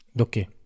Okay